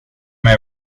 med